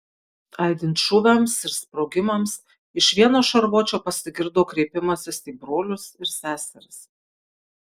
aidint šūviams ir sprogimams iš vieno šarvuočio pasigirdo kreipimasis į brolius ir seseris